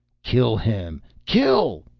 kill him. kill!